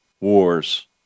wars